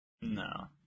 No